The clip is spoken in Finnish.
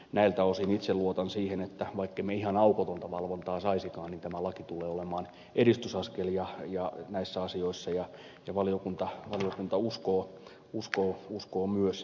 näiltä osin itse luotan siihen että vaikkemme ihan aukotonta valvontaa saisikaan niin tämä laki tulee olemaan edistysaskel näissä asioissa ja valiokunta uskoo myös tähän